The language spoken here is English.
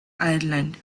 ireland